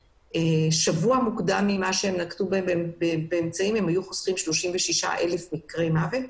שבוע לפני אז הם היו חוסכים 36,000 מקרי מוות.